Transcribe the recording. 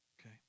Okay